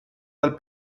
dal